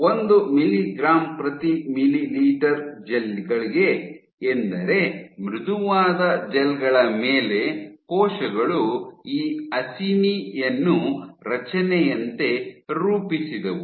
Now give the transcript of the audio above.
ಒಂದು ಮಿಗ್ರಾಂ ಪ್ರತಿ ಮಿಲಿ ಜೆಲ್ ಗಳಿಗೆ ಎಂದರೆ ಮೃದುವಾದ ಜೆಲ್ ಗಳ ಮೇಲೆ ಕೋಶಗಳು ಈ ಅಸಿನಿ ಯನ್ನು ರಚನೆಯಂತೆ ರೂಪಿಸಿದವು